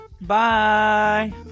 Bye